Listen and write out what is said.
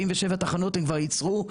77 תחנות הם כבר יצרו.